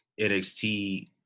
NXT